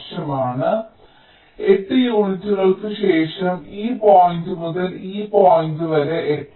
അതിനാൽ 8 യൂണിറ്റുകൾക്ക് ശേഷം ഈ പോയിന്റ് മുതൽ ഈ പോയിന്റ് വരെ 8